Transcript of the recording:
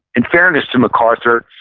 in fairness to macarthur,